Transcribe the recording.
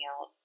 out